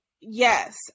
yes